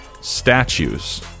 statues